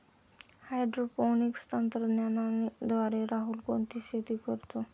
Hydroponics तंत्रज्ञानाद्वारे राहुल कोणती शेती करतो?